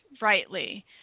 rightly